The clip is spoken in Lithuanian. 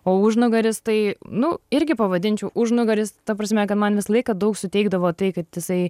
o užnugaris tai nu irgi pavadinčiau užnugaris ta prasme kad man visą laiką daug suteikdavo tai kad jisai